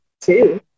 Two